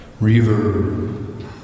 Reverb